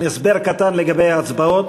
הסבר קטן לגבי ההצבעות.